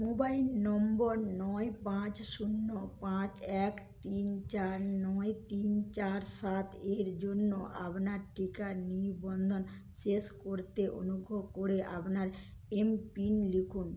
mobile number নয় পাঁচ শূন্য পাঁচ এক তিন চার নয় তিন চার সাত এর জন্য আপনার টিকা নিবন্ধন শেষ করতে অনুগ্রহ করে আপনার এমপিন লিখুন